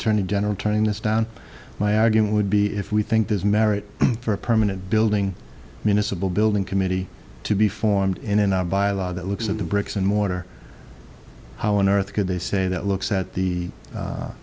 attorney general turning this down my argument would be if we think there's merit for a permanent building municipal building committee to be formed in an hour by a law that looks at the bricks and mortar how on earth could they say that looks at the